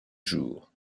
jour